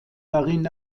darin